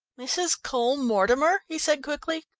mrs. cole-mortimer? he said quickly.